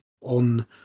on